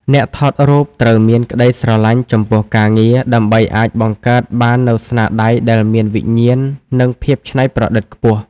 អ្នកថតរូបត្រូវមានក្ដីស្រឡាញ់ចំពោះការងារ ដើម្បីអាចបង្កើតបាននូវស្នាដៃដែលមានវិញ្ញាណ និងភាពច្នៃប្រឌិតខ្ពស់។